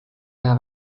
aja